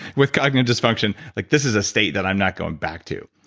with cognitive disfunction, like this is a state that i'm not going back to.